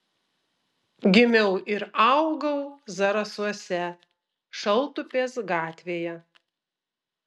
gimiau ir augau zarasuose šaltupės gatvėje